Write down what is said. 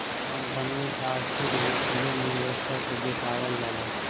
company खातिर वित्तीय निवेशक जुटावल जाला